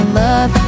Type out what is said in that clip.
love